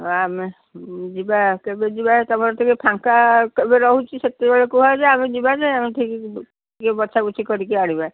ଆମେ ଯିବା କେବେ ଯିବା ତମର ଟିକେ ଫାଙ୍କା କେବେ ରହୁଛି ସେତିକି ବେଳେ କୁହ ଯେ ଆମେ ଯିବା ଯେ ଠିକ୍ ଇଏ ବଛାବଛି କରିକି ଆଣିବା